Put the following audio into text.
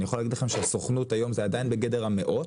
אני יכול להגיד לכם שסוכנות היום זה עדיין בגדר המאות,